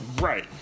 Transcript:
Right